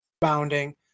bounding